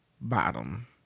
bottom